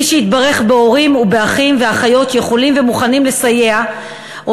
מי שהתברך בהורים או באחים ואחיות שיכולים ומוכנים לסייע או